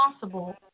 possible